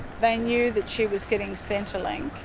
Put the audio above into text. they knew that she was getting centrelink.